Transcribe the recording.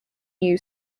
new